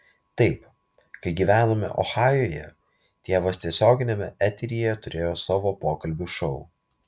taip kai gyvenome ohajuje tėvas tiesioginiame eteryje turėjo savo pokalbių šou